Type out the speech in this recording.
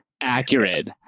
Accurate